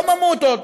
לא ממותות,